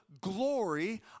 glory